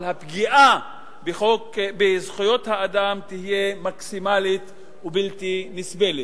אבל הפגיעה בזכויות האדם תהיה מקסימלית ובלתי נסבלת.